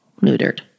neutered